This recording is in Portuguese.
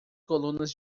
colunas